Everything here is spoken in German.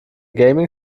gaming